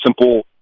simple